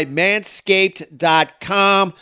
manscaped.com